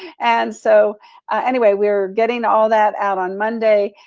and so anyway, we're getting all that out on monday.